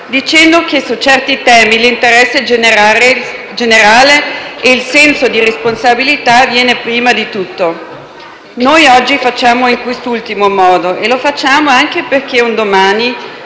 dicendo che su certi temi l'interesse generale e il senso di responsabilità vengono prima di tutto. Noi oggi facciamo in quest'ultimo modo e lo facciamo anche perché un domani